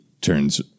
turns